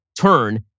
turn